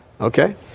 Okay